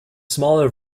smaller